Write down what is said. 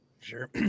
Sure